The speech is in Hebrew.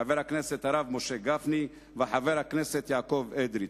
חבר הכנסת הרב משה גפני וחבר הכנסת יעקב אדרי.